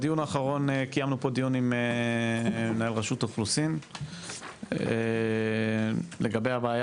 בדיון האחרון קיימנו פה דיון עם מנהל רשות האוכלוסין לגבי הבעיה